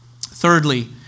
Thirdly